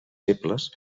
febles